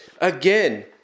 again